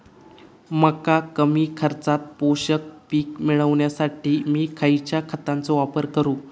मका कमी खर्चात पोषक पीक मिळण्यासाठी मी खैयच्या खतांचो वापर करू?